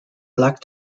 black